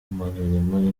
mirimo